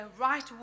right